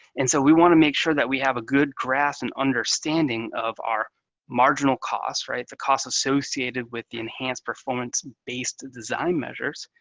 and so we want to make sure that we have a good grasp and understanding of our marginal cost, right, the cost associated with enhanced performance-based design measures,